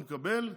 הוא מקבל.